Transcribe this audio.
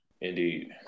Indeed